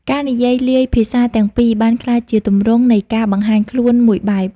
ការនិយាយលាយភាសាទាំងពីរបានក្លាយជាទម្រង់នៃការបង្ហាញខ្លួនមួយបែប។